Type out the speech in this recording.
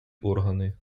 органи